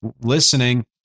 listening